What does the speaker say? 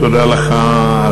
תודה לך.